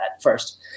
first